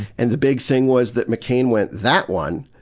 and the big thing was that mccain went, that one.